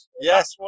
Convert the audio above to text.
Yes